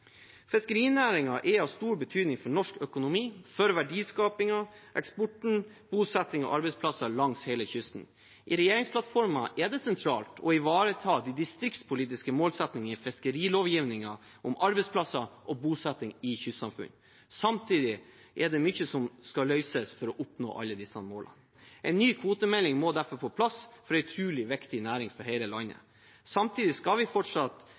er av stor betydning for norsk økonomi, for verdiskapingen, eksporten, bosetting og arbeidsplasser langs hele kysten. I regjeringsplattformen er det sentralt å ivareta de distriktspolitiske målsettingene i fiskerilovgivningen om arbeidsplasser og bosetting i kystsamfunn. Samtidig er det mye som skal løses for å oppnå alle disse målene. En ny kvotemelding må derfor på plass for en utrolig viktig næring for hele landet. Samtidig skal vi fortsatt